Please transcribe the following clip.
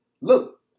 look